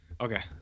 Okay